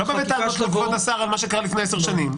אני לא בא בטענות לכבוד השר על מה שקרה לפני עשר שנים.